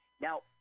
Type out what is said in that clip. Now